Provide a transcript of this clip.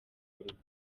urugo